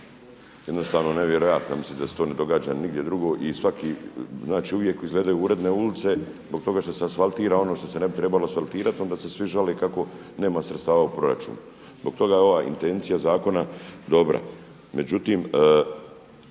Jednostavno nevjerojatno! Ja mislim da se to ne događa nigdje drugo i svaki, znači uvijek izgledaju uredne ulice zbog toga što se asfaltira ono što se ne bi trebalo asfaltirati. Onda se svi žale kako nema sredstava u proračunu. Zbog toga je ova intencija zakona dobra.